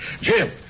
Jim